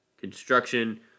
construction